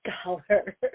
scholar